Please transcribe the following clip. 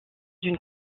une